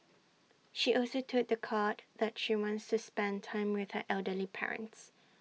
she also told The Court that she wants to spend time with her elderly parents